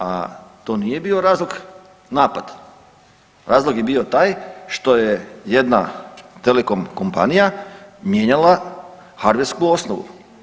A to nije bio razlog napad, razlog je bio taj što je jedna telekom kompanija mijenjala hardversku osnovu.